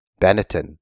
Benetton